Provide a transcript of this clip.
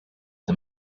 the